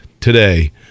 today